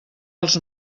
els